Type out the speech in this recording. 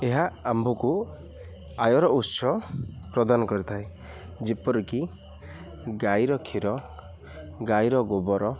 ଏହା ଆମ୍ଭକୁ ଆୟର ଉତ୍ସ ପ୍ରଦାନ କରିଥାଏ ଯେପରିକି ଗାଈର କ୍ଷୀର ଗାଈର ଗୋବର